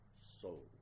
soul